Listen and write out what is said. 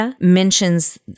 mentions